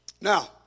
Now